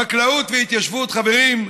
חקלאות והתיישבות, חברים,